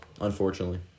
unfortunately